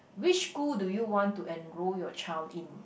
which school do you want to enroll your child in